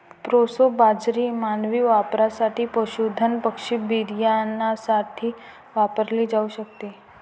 proso बाजरी मानवी वापरासाठी, पशुधन पक्षी बियाण्यासाठी वापरली जाऊ शकते